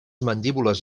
mandíbules